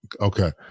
okay